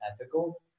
ethical